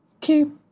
Keep